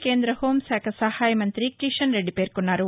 గా కంద్రద హోంశాఖ నహాయ మంతి కిషన్రెడ్డి పేర్కొన్నారు